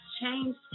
Change